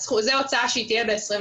אז זו הוצאה שתהיה ב-2021,